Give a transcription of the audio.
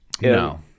No